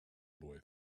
boy